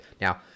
Now